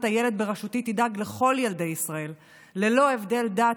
הילד בראשותי תדאג לכל ילדי ישראל ללא הבדלי דת,